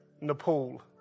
Nepal